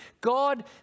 God